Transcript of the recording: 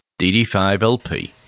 DD5LP